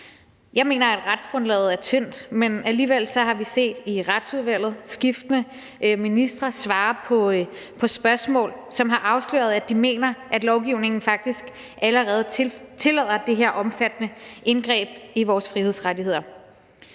Jeg mener, at retsgrundlaget er tyndt, men alligevel har vi i Retsudvalget set skiftende ministre svare på spørgsmål, hvor de har afsløret, at de mener, at lovgivningen faktisk allerede tillader det her omfattende indgreb i vores frihedsrettigheder.